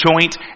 joint